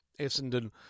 Essendon